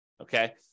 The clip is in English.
okay